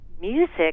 music